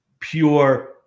pure